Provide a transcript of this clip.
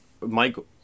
Michael